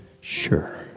sure